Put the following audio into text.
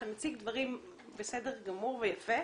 אתה מציג דברים בסדר גמור ויפה,